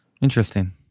Interesting